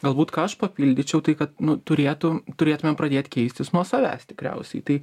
galbūt ką aš papildyčiau tai kad nu turėtų turėtumėm pradėt keistis nuo savęs tikriausiai tai